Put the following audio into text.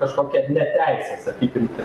kažkokia ne teisės sakykim taip